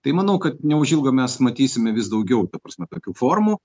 tai manau kad neužilgo mes matysime vis daugiau ta prasme tokių formų